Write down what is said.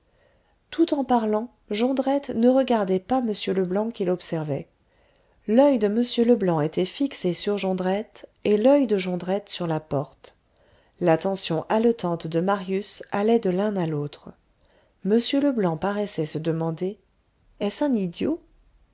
tout en parlant jondrette ne regardait pas m leblanc qui l'observait l'oeil de m leblanc était fixé sur jondrette et l'oeil de jondrette sur la porte l'attention haletante de marius allait de l'un à l'autre m leblanc paraissait se demander est-ce un idiot